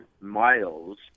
miles